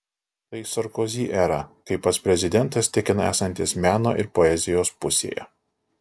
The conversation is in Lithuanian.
tai sarkozi era kai pats prezidentas tikina esantis meno ir poezijos pusėje